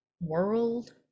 world